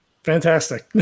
Fantastic